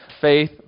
faith